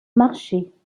marchés